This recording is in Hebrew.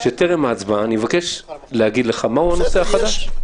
שטרם ההצבעה אני מבקש להגיד לך מהו הנושא החדש.